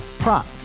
Prop